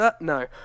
No